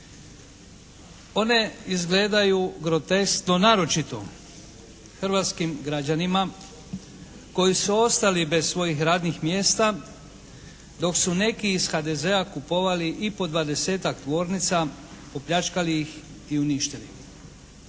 One izgledaju groteskno naročito hrvatskim građanima koji su ostali bez svojih radnih mjesta dok su neki iz HDZ-a kupovali i po 20.-tak tvornica, opljačkali ih i uništili.